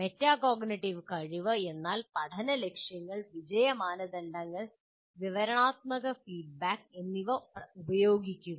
metacognitive കഴിവ് എന്നാൽ പഠന ലക്ഷ്യങ്ങൾ വിജയ മാനദണ്ഡങ്ങൾ വിവരണാത്മക ഫീഡ്ബാക്ക് എന്നിവ ഉപയോഗിക്കുക